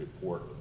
report